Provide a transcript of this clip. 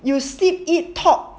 you will sleep it talk